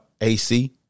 AC